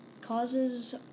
Causes